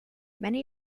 many